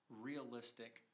realistic